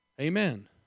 Amen